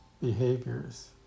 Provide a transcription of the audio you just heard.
behaviors